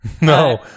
No